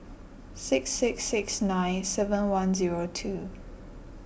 six six six nine seven one zero two